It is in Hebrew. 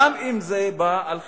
גם אם זה בא על חשבון,